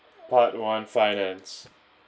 part one finance